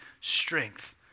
strength